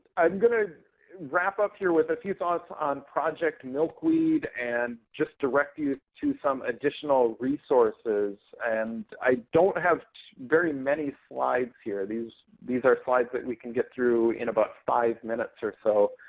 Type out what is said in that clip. i'm going to wrap up here with a few thoughts on project milkweed and just direct you to some additional resources. and i don't have very many slides here. these these are slides that we can get through in about five minutes or so.